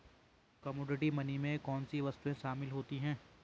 Commodity money में कौन सी वस्तुएं शामिल होती हैं?